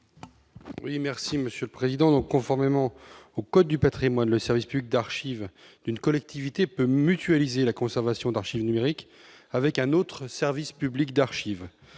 Oui merci monsieur le président, conformément au code du Patrimoine, le service public d'archives d'une collectivité peut mutualiser la conservation d'archives numériques avec un autre service public d'archives,